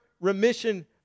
remission